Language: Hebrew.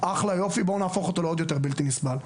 בואו נהפוך אותו לעוד יותר בלתי נסבל.